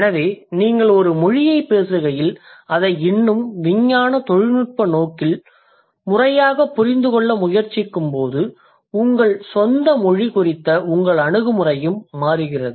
எனவே நீங்கள் ஒரு மொழியை பேசுகையில் அதை இன்னும் விஞ்ஞான தொழில்நுட்ப நோக்கில் அல்லது முறையாகப் புரிந்துகொள்ள முயற்சிக்கும்போது உங்கள் சொந்த மொழி குறித்த உங்கள் அணுகுமுறையும் மாறுகிறது